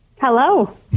Hello